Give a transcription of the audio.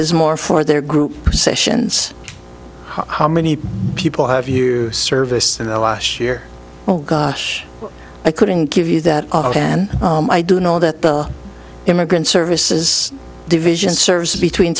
is more for their group sessions how many people have you service in the last year oh gosh i couldn't give you that then i do know that the immigrant services division serves between